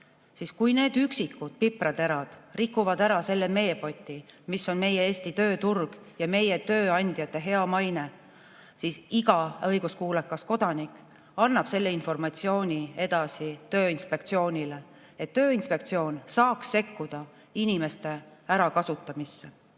siis kui need üksikud pipraterad rikuvad ära selle meepoti, mis on meie Eesti tööturg ja meie tööandjate hea maine, siis iga õiguskuulekas kodanik annab selle informatsiooni edasi Tööinspektsioonile, et Tööinspektsioon saaks sekkuda inimeste ärakasutamisse.